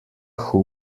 who